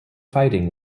fighting